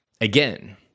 Again